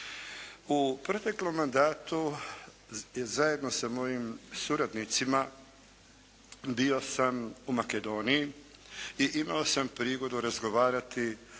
U proteklom mandatu zajedno sa mojim suradnicima bio sam u Makedoniji i imao sam prigodu razgovarati